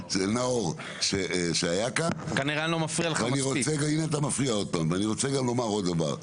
ונאור שיר שהיה כאן, ואני רוצה גם לומר עוד דבר,